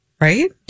Right